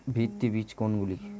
ভিত্তি বীজ কোনগুলি?